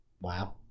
Wow